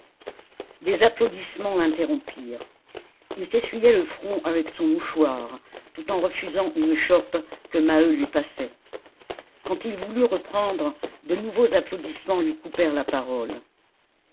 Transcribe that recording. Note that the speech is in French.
des applaudissements l'interrompirent il s'essuyait le front avec son mouchoir tout en refusant une chope que maheu lui passait quand il voulut reprendre de nouveaux applaudissements lui coupèrent la parole